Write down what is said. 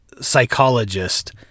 psychologist